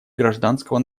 гражданского